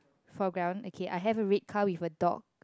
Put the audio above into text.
foreground okay I have a red car with a dog